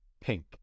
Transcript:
pink